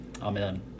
Amen